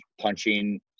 punching